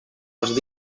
els